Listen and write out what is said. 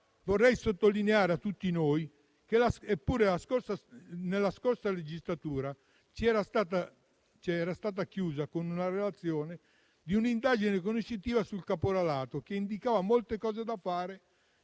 Vorrei sottolineare a tutti noi che la scorsa legislatura era stata chiusa con una relazione di un'indagine conoscitiva sul caporalato che indicava molte cose da fare: